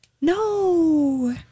No